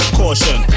caution